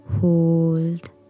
hold